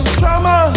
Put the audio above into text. trauma